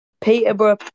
Peterborough